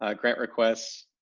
ah grant requests,